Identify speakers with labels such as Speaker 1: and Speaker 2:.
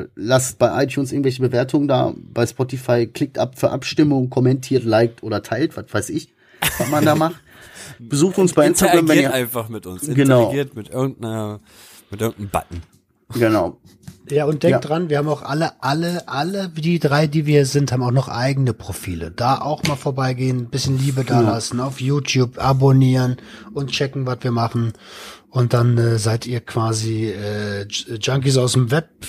Speaker 1: Lasst bei iTunes irgendwelche Bewertungen da, bei Spotify klickt ab für Abstimmung, kommentiert, liked oder teilt, was weiß ich, was man da macht. Besucht uns bei Instagram, wenn
Speaker 2: Interagiert
Speaker 1: ihr-
Speaker 2: einfach mit uns.
Speaker 1: Genau.
Speaker 2: Interagiert mit irgendeiner- mit irgendeinem Button.
Speaker 1: Genau.
Speaker 3: Ja, und denkt
Speaker 1: Ja.
Speaker 3: dran, wir haben auch alle- alle- alle die drei, die wir sind, haben auch noch eigene Profile. Da auch mal vorbeigehen, bisschen Liebe da
Speaker 1: Ja.
Speaker 3: lassen, auf YouTube abonnieren und checken, was wir machen. Und dann, äh, seid ihr quasi, äh, J- Junkies aus dem Web.